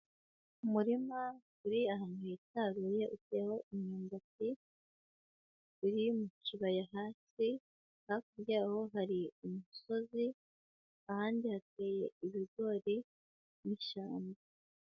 Umurima uri ahantu hitaruye utewe imyumbati, uri mu kibaya hasi, hakurya yaho hari umusozi, ahandi hateye ibigori n'ishyamba.